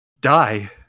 Die